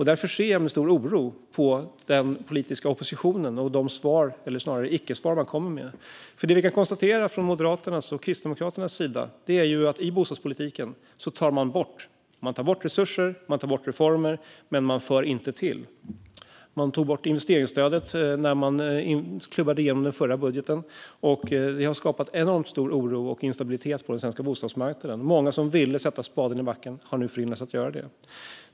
Därför ser jag med stor oro på den politiska oppositionen och de icke-svar som man kommer med. Vi kan konstatera att Moderaterna och Kristdemokraterna tar bort i bostadspolitiken; man tar bort resurser, och man tar bort reformer. Men man för inte till. Man tog bort investeringsstödet när den förra budgeten klubbades igenom. Det har skapat enormt stor oro och instabilitet på den svenska bostadsmarknaden. Många som ville sätta spaden i backen har förhindrats att göra det.